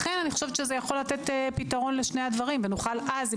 לכן זה יכול לתת פתרון לשני הדברים ונוכל אז לעשות